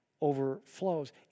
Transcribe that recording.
overflows